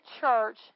church